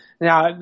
Now